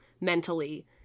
mentally